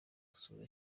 gusura